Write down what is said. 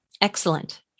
Excellent